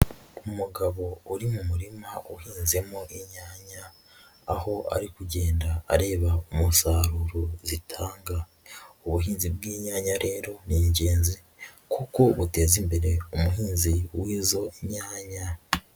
Umugabo uri mu murima uhinzemo inyanya aho ari kugenda areba umusaruro bitanga. Ubuhinzi bw'inyanya rero ni ingenzi kuko buteza imbere umuhinzi wizo nyanya.